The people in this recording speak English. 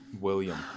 William